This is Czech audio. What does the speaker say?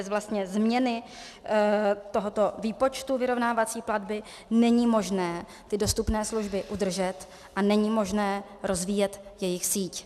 Vlastně bez změny tohoto výpočtu vyrovnávací platby není možné dostupné služby udržet a není možné rozvíjet jejich síť.